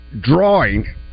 drawing